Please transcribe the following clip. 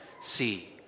see